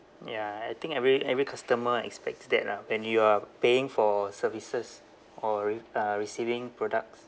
ya I think every every customer expects that lah when you are paying for services or re~ uh receiving products